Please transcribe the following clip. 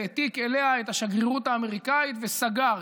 העתיק אליה את השגרירות האמריקאית וסגר,